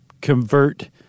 convert